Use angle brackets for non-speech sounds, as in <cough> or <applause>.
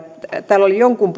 täällä oli jonkun <unintelligible>